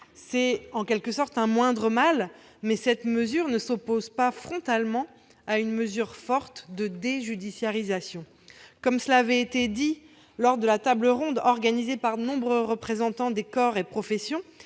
des litiges. C'est un moindre mal, mais cette mesure ne s'oppose pas frontalement à une mesure forte de déjudiciarisation. Comme cela a été dit lors de la table ronde organisée par de nombreux représentants des corps et professions,